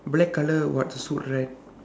black colour what suit right